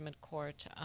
court